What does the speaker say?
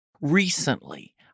recently